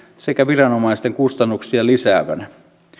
sekä viranomaisten kustannuksia lisäävänä